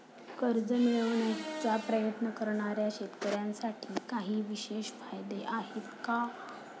कर्ज मिळवण्याचा प्रयत्न करणाऱ्या शेतकऱ्यांसाठी काही विशेष फायदे आहेत का?